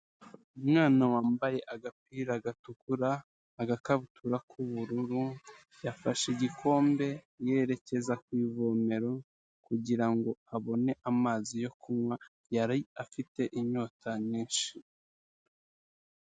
Umwana wambaye agapira gatukura, agakabutura k'ubururu yafashe igikombe yerekeza ku ivomero kugira ngo abone amazi yo kunywa yari afite inyota nyinshi.